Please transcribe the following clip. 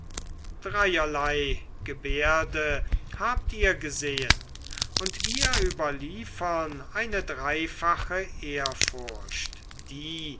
dreierlei gebärde habt ihr gesehen und wir überliefern eine dreifache ehrfurcht die